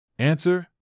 Answer